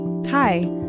Hi